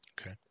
Okay